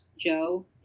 Joe